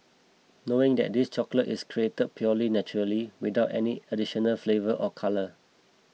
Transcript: knowing that this chocolate is created purely naturally without any additional flavour or colour